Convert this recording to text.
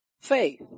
faith